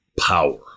power